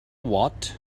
what